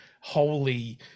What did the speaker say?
holy